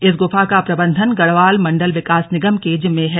इस गुफा का प्रबंधन गढ़वाल मंडल विकास निगम के जिम्मे है